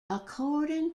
according